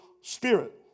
spirit